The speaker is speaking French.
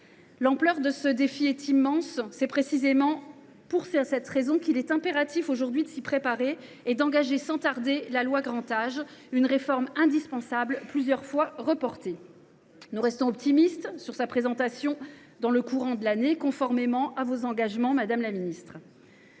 L’ampleur de ce défi est immense. C’est précisément pour cette raison qu’il est impératif de s’y préparer et d’engager sans tarder la loi Grand Âge, une réforme indispensable, plusieurs fois reportée. Nous restons optimistes sur sa présentation dans le courant de l’année, conformément à vos engagements, madame la ministre.